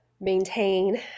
maintain